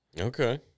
Okay